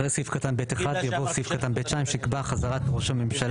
אחרי סעיף קטן (ב1) יבוא סעיף קטן (ב2) שיקבע 'חזרת ראש הממשלה